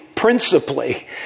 Principally